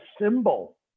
symbol